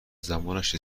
زمانش